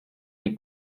des